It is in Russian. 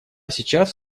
сейчас